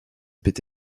peut